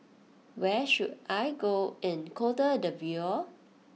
where should I go in Cote d'Ivoire